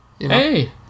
Hey